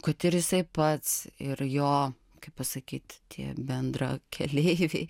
kad ir jisai pats ir jo kaip pasakyt tie bendrakeleiviai